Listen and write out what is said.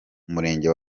umurenge